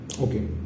Okay